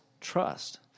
trust